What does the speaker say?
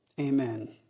amen